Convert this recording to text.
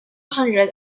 hundred